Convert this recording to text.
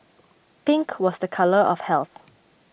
pink was the colour of health